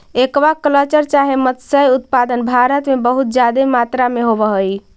aqua culture चाहे मत्स्य उत्पादन भारत में बहुत जादे मात्रा में होब हई